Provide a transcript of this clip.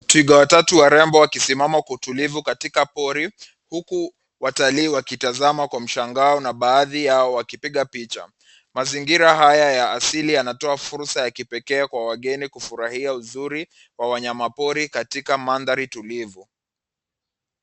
Twiga watatu warembo wakisimama kwa utulivu katika pori, huku watalii wakiwatizama kwa mshangao na baadhi yao wakipiga picha. Mazingira haya ya asili yanatoa fursa ya kipekee kwa wageni kufurahia uzuri wa wanyama pori katika mandhari tulivu.